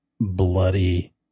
bloody